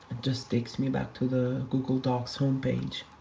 just takes me back to the google docs home page.